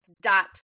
dot